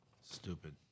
Stupid